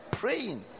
praying